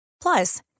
Plus